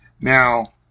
Now